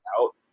out